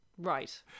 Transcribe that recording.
Right